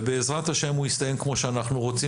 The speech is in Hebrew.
ובעזרת השם הוא יסתיים כמו שאנחנו רוצים